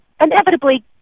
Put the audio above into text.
inevitably